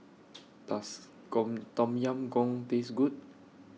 Does Goong Tom Yam Goong Taste Good